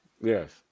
Yes